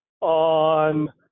on